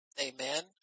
Amen